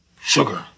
sugar